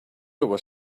was